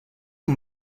amb